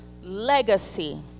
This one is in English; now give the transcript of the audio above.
legacy